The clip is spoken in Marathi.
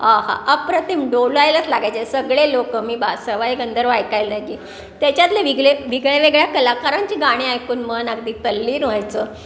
आहा अप्रतिम डोलायलाच लागायचे सगळे लोक मी बा सवाई गंधर्व ऐकायला गे त्याच्यातले विगले वेगळ्यावेगळ्या कलाकारांची गाणे ऐकून मन अगदी तल्लीन व्हायचं